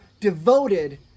devoted